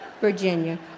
Virginia